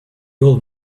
old